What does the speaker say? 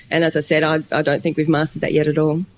and as i said, i ah don't think we've mastered that yet at all.